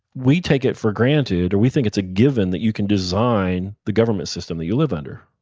we take it for granted or we think it's a given that you can design the government system that you live under.